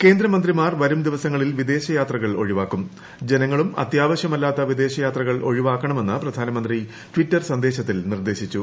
കേന്ദ്രമന്ത്രിമാർ വരുംദിവസങ്ങളിൽ വിദേശ യാത്രകൾ ഒഴിവാക്കും ജനങ്ങളും അത്യാവശ്യമല്ലാത്ത വിദേശയാത്രകൾ ഒഴിവാക്കണമെന്ന് പ്രധാനമന്ത്രി ട്വിറ്റർ സന്ദേശത്തിൽ നിർദ്ദേശിച്ചു